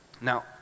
Now